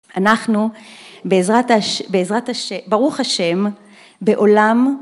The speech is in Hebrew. אנחנו בעזרת הש... בעזרת השם, ברוך השם, בעולם